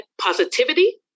positivity